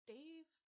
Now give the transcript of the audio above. Dave